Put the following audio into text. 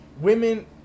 women